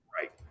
Right